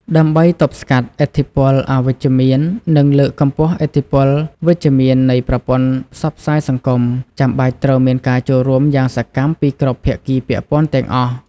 ដើម្បីទប់ស្កាត់ឥទ្ធិពលអវិជ្ជមាន និងលើកកម្ពស់ឥទ្ធិពលវិជ្ជមាននៃប្រព័ន្ធផ្សព្វផ្សាយសង្គម ចាំបាច់ត្រូវមានការចូលរួមយ៉ាងសកម្មពីគ្រប់ភាគីពាក់ព័ន្ធទាំងអស់។